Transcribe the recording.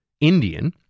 Indian